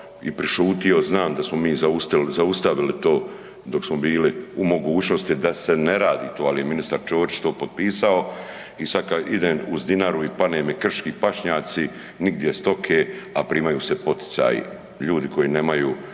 i prešutio. Znam da smo mi zaustavili to dok smo bili u mogućnosti da se ne radi to, ali je ministar Ćorić to potpisao i sada kad idem uz Dinaru i padne mi krški pašnjaci nigdje stoke, a primaju se poticaji. Ljudi koji ne znaju